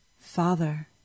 Father